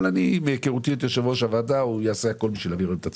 אבל מהיכרותי את יושב-ראש הוועדה הוא יעשה הכול